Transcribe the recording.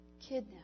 kidnapped